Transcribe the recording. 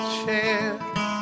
chance